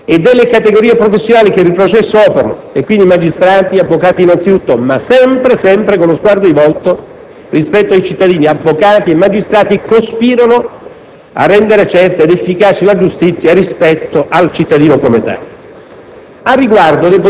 I tempi dei processi non possono che essere una priorità della politica e delle categorie professionali che per il processo operano, quindi i magistrati e gli avvocati innanzi tutto, ma, sempre con lo sguardo rivolto ai cittadini, avvocati e magistrati cospirano